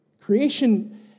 Creation